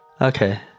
Okay